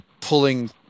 pulling